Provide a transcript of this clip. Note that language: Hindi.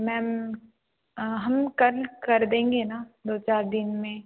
मैम हम कल कर देंगे ना दो चार दिन में